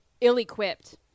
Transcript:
ill-equipped